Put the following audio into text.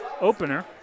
opener